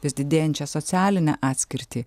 vis didėjančią socialinę atskirtį